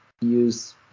use